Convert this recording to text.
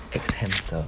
X hamster